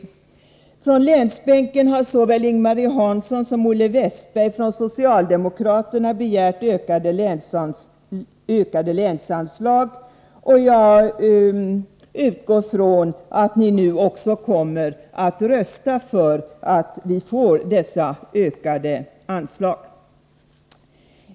Av ledamöterna på länsbänken har såväl Ing-Marie Hansson som Olle Westberg från socialdemokraterna begärt ökade länsanslag. Jag utgår från att de nu också kommer att rösta för förslaget om ökade anslag.